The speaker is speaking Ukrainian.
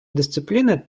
дисципліни